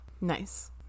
Nice